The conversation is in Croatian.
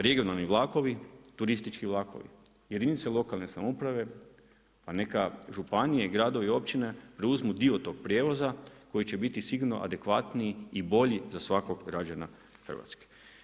Regionalni vlakovi, turistički vlakovi, jedinice lokalne samouprave, pa neka županije, gradovi, općine preuzmu dio tog prijevoza koji će biti sigurno adekvatniji i bolji za svakog građana Hrvatske.